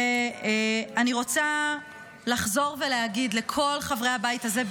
ואני רוצה לחזור ולהגיד לכל חברי הבית הזה,